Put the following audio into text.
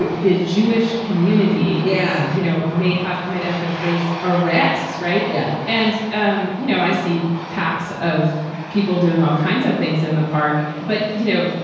the jewish community. yeah. you know, may have to might have to face arrests. right. yeah. and, um you know, i see packs of people doing all kinds of things in the park. but, you know,